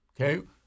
Okay